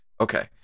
Okay